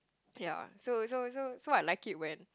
ya so so so so I like it when